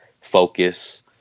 focus